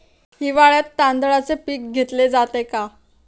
हिवाळ्यात तांदळाचे पीक घेतले जाते का?